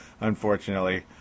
unfortunately